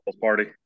party